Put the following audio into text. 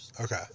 Okay